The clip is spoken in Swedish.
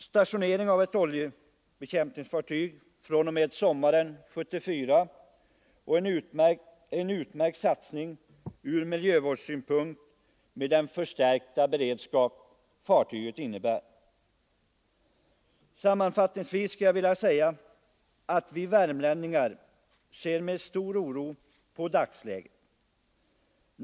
Stationering av ett oljebekämpningsfartyg fr.o.m. sommaren 1974 är en utmärkt satsning ur miljövårdssynpunkt med den förstärkta beredskap fartyget innebär. Sammanfattningsvis skulle jag vilja säga att vi värmlänningar ser med oro på dagsläget.